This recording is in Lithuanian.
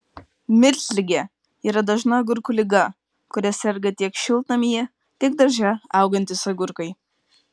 miltligė yra dažna agurkų liga kuria serga tiek šiltnamyje tiek darže augantys agurkai